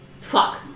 Fuck